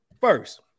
first